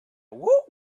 woot